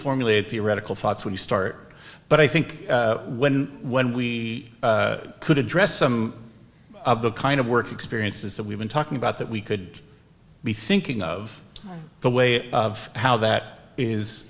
formulated theoretical thoughts when you start but i think when when we could address some of the kind of work experiences that we've been talking about that we could be thinking of the way of how that is